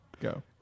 Go